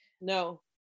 no